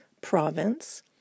province